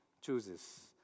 chooses